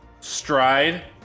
stride